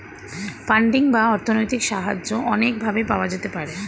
funding বা অর্থনৈতিক সাহায্য অনেক ভাবে পাওয়া যেতে পারে